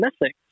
missing